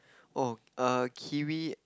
oh err kiwi